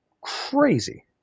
crazy